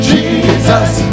Jesus